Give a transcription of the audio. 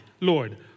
Lord